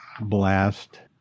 blast